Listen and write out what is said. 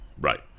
Right